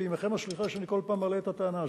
ועמכם הסליחה שאני כל פעם מעלה את הטענה.